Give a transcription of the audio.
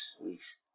week's